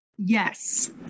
Yes